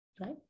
Right